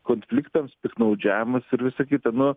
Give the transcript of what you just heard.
konfliktams piktnaudžiavimas ir visa kita nu